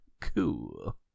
cool